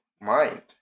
mind